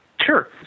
Sure